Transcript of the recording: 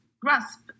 grasp